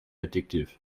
addictive